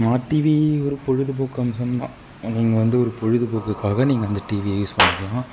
smart TV ஒரு பொழுது போக்கு அம்சம்தான் நீங்கள் வந்து ஒரு பொழுது போக்குக்காக அந்த டிவியை யூஸ் பண்ணிக்கலாம்